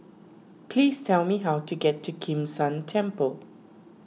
please tell me how to get to Kim San Temple